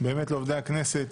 לעובדי הכנסת